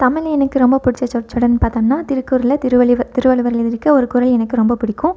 தமிழில் எனக்கு ரொம்ப பிடிச்ச சொற்றொடர்ன்னு பார்த்தம்னா திருக்குறளில் திருவள்ளுவ திருவள்ளுவர் எழுதியிருக்க ஒரு குறள் எனக்கு ரொம்ப பிடிக்கும்